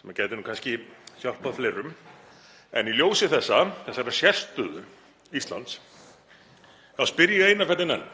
sem gæti nú kannski hjálpað fleirum, í ljósi þessarar sérstöðu Íslands spyr ég eina ferðina enn: